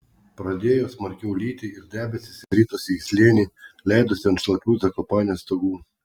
pradėjo smarkiau lyti ir debesys ritosi į slėnį leidosi ant šlapių zakopanės stogų